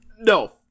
No